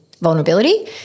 vulnerability